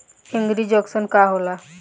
एगरी junction का होला?